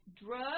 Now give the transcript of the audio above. Drug